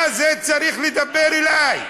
מה זה צריך לדבר אלי?